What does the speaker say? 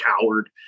coward